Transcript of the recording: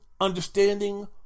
understanding